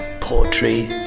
poetry